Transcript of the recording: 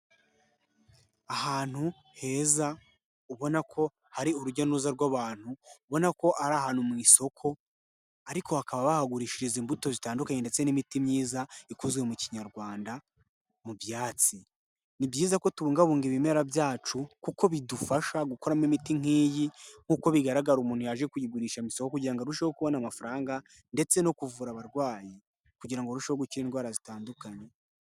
Ahantu heza ubona ko hari urujya n'uruza rw'abantu ubona ko ari ahantu mu isoko ariko habakaba bahagurishiriza imbuto zitandukanye ndetse n'imiti myiza ikozwe mu kinyarwanda mu byatsi, ni byiza ko tubungabunga ibimera byacu kuko bidufasha gukuramo imiti nk'iyi nk'uko bigaragara umuntu yaje kuyigurisha mu isoko kugira ngo arusheho kubona amafaranga ndetse no kuvura abarwayi kugira ngo arusheho gukira indwara zitandukanye.